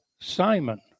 Simon